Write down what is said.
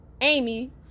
Amy